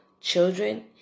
Children